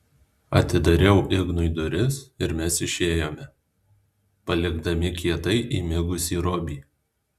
atidariau ignui duris ir mes išėjome palikdami kietai įmigusį robį